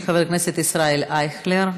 חבר הכנסת ישראל אייכלר,